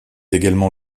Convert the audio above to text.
également